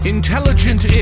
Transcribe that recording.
Intelligent